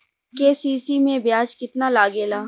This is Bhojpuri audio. के.सी.सी में ब्याज कितना लागेला?